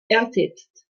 ersetzt